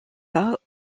pas